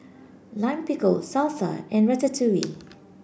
Lime Pickle Salsa and Ratatouille